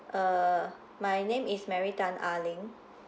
uh my name is mary tan ah ling